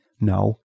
No